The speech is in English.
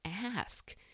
ask